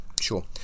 Sure